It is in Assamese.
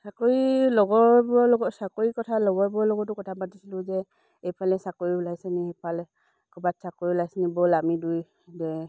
চাকৰি লগৰবোৰৰ লগত চাকৰি কথা লগৰবোৰৰ লগতো কথা পাতিছিলোঁ যে এইফালে চাকৰি ওলাইছে নি সেইফালে ক'ৰবাত চাকৰি ওলাইছে নি ব'ল আমি দুই দে